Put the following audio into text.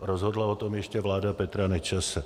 Rozhodla o tom ještě vláda Petra Nečase.